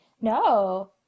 No